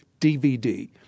DVD